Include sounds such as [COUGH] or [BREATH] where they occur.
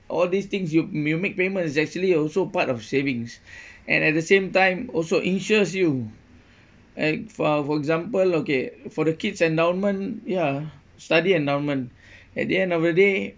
all these things you you make payment is actually also part of savings [BREATH] and at the same time also insures you act for for example okay for the kids endowment ya study endowment at the end of the day